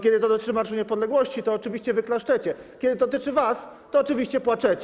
Kiedy to dotyczy Marszu Niepodległości, to oczywiście wy klaszczecie, kiedy to dotyczy was, to oczywiście płaczecie.